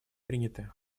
приняты